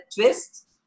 twist